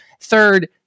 Third